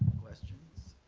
questions?